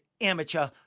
amateur